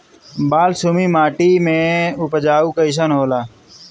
बालसुमी माटी मे उपज कईसन होला?